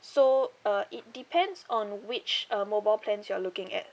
so uh it depends on which uh mobile plans you are looking at